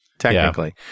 Technically